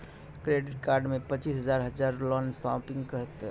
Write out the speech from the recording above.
Credit card मे पचीस हजार हजार लोन शॉपिंग वस्ते?